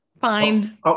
fine